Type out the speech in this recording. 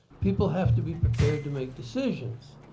people have to be prepared to make decisions.